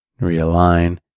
realign